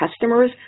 customers